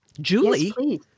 Julie